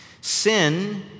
Sin